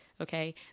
okay